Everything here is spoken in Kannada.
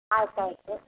ಆಯ್ತು ಆಯಿತು